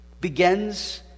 begins